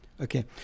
Okay